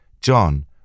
John